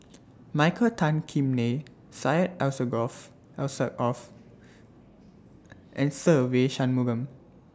Michael Tan Kim Nei Syed Alsagoff L Sir off and Se Ve Shanmugam